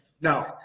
Now